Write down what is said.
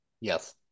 Yes